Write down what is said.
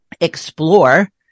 explore